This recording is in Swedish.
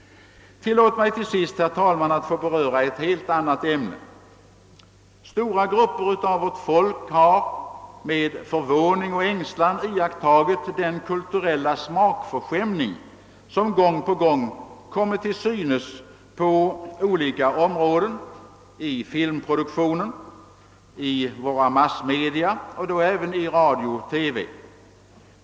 Tillåt mig till sist, herr talman, att beröra ett helt annat ämne. Stora grupper av vårt folk har med förvåning och ängslan iakttagit den kulturella smakförskämning som gång på gång kommit till synes på olika områden, i filmproduktionen, i våra massmedia och då även i radio och TV.